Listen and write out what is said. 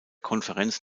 konferenz